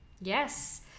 Yes